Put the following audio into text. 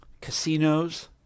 casinos